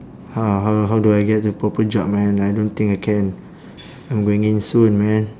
how how how do I get a proper job man I don't think I can I'm going in soon man